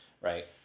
right